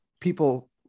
people